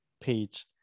page